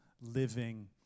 living